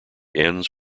ends